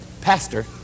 Pastor